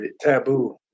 Taboo